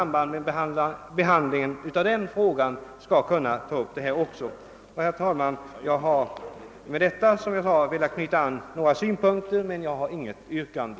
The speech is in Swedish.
Jag har velat anknyta dessa synpunkter till utlåtandet men har inget yrkande.